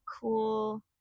cool